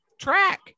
track